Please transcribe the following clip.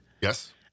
Yes